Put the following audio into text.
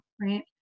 Right